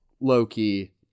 Loki